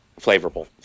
flavorful